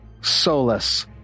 solace